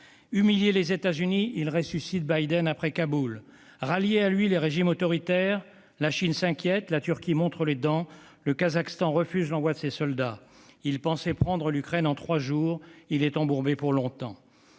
humilier les États-Unis, il ressuscite Biden après Kaboul. Il voulait rallier à lui les régimes autoritaires ; la Chine s'inquiète, la Turquie montre les dents, et le Kazakhstan refuse l'envoi de ses soldats. Il pensait prendre l'Ukraine en trois jours, il est embourbé pour longtemps.